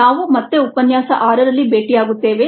ನಾವು ಮತ್ತೆ ಉಪನ್ಯಾಸ 6 ರಲ್ಲಿ ಭೇಟಿಯಾಗುತ್ತೇವೆ